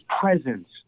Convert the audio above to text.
presence